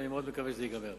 ואני מאוד מקווה שזה ייגמר.